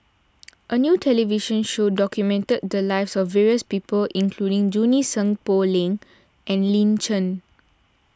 a new television show documented the lives of various people including Junie Sng Poh Leng and Lin Chen